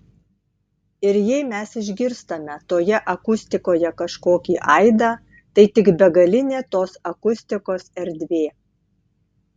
ir jei mes išgirstame toje akustikoje kažkokį aidą tai tik begalinė tos akustikos erdvė